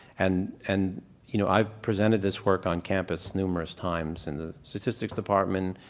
and and you know, i presented this work on campus numerous times, in the statistics department,